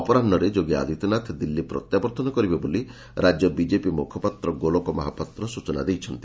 ଅପରାହରେ ଯୋଗୀ ଆଦିତ୍ୟନାଥ ଦିଲ୍ଲୀ ପ୍ରତ୍ୟାବର୍ଉନ କରିବେ ବୋଲି ରାଜ୍ୟ ବିଜେପି ମୁଖପାତ୍ର ଗୋଲକ ମହାପାତ୍ର ସୂଚନା ଦେଇଛନ୍ତି